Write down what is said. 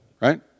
right